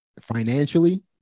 financially